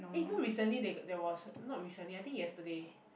eh know recently they got there was not recently I think yesterday